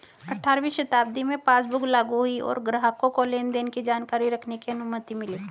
अठारहवीं शताब्दी में पासबुक लागु हुई और ग्राहकों को लेनदेन की जानकारी रखने की अनुमति मिली